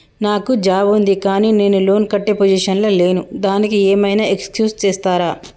నాకు జాబ్ ఉంది కానీ నేను లోన్ కట్టే పొజిషన్ లా లేను దానికి ఏం ఐనా ఎక్స్క్యూజ్ చేస్తరా?